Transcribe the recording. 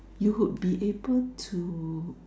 you would be able to